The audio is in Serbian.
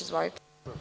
Izvolite.